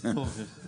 דבר שני,